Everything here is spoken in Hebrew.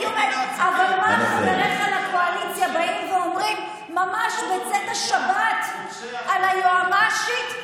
אבל מה חבריך לקואליציה באים ואומרים ממש בצאת השבת על היועמ"שית?